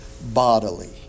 bodily